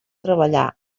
treballar